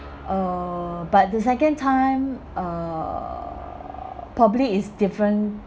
uh but the second time uh probably is different